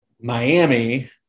Miami